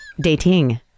dating